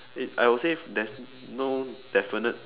it I will say there's no definite